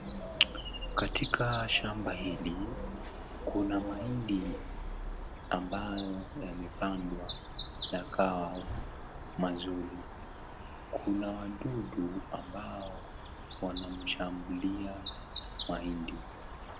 Katika shamba hili kuna mahindi ambayo yamepandwa yakawa mazuri, kuna wadudu ambao wanamshambulia mahindi.